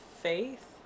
faith